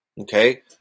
Okay